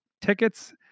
tickets